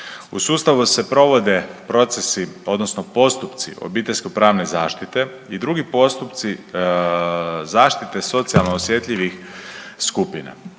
U sustavu se provode procesi odnosno postupci obiteljsko pravne zaštite i drugi postupci zaštite socijalno osjetljivih skupina.